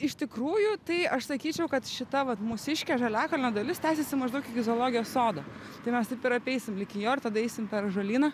iš tikrųjų tai aš sakyčiau kad šita vat mūsiškė žaliakalnio dalis tęsiasi maždaug iki zoologijos sodo tai mes taip ir apeisim liki jo ir tada eisim per ąžuolyną